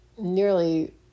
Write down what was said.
nearly